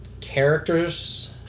characters